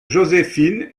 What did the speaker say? joséphine